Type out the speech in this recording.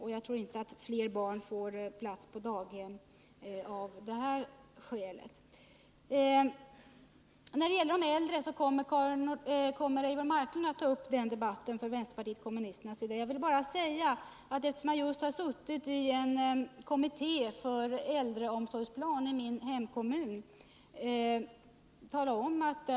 Och jag tror inte att fler barn får plats på daghem av det skälet att det finns möjlighet att överklaga beslut. Eivor Marklund kommer för vänsterpartiet kommunisternas del att ta upp debatten om de äldre, men jag vill säga ett par ord om omsorgen om äldre, eftersom jag i min hemkommun har suttit med i en kommitté som har haft till uppgift att utarbeta en plan för äldreomsorgen.